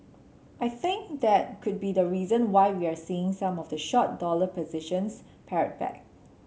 I think that could be a reason why we're seeing some of the short dollar positions pared back